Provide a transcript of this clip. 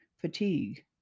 fatigue